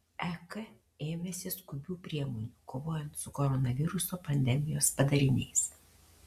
ek ėmėsi skubių priemonių kovojant su koronaviruso pandemijos padariniais